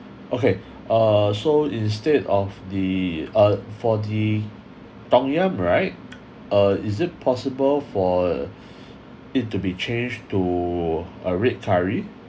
okay uh so instead of the uh for the tom yum right uh is it possible for it to be changed to uh red curry